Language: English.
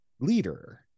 leader